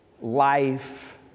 life